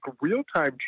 real-time